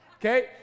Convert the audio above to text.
Okay